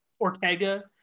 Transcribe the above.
Ortega